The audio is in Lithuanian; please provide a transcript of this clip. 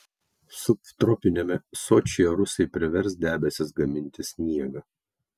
subtropiniame sočyje rusai privers debesis gaminti sniegą